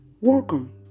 Welcome